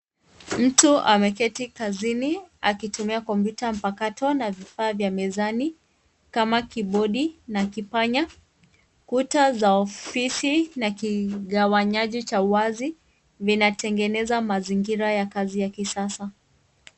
Mtu ameketi kazini akitumia kompyuta mpakato na vifaa vya mezani kama kibodi na kipanya. Kuta za ofisi na kigawanyaji cha wazi vinatengeneza mazingira ya kazi ya kisasa.